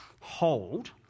hold